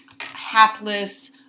hapless